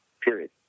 period